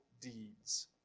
deeds